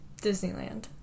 Disneyland